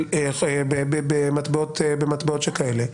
במטבעות שכאלה,